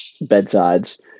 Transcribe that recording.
bedsides